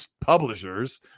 publishers